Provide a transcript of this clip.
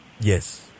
Yes